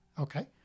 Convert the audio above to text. okay